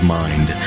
mind